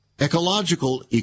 Ecological